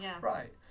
Right